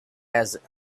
has